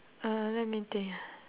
uh let me think ah